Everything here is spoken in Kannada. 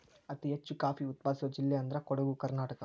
ಅತಿ ಹೆಚ್ಚು ಕಾಫಿ ಉತ್ಪಾದಿಸುವ ಜಿಲ್ಲೆ ಅಂದ್ರ ಕೊಡುಗು ಕರ್ನಾಟಕ